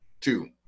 Two